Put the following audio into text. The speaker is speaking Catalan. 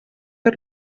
fer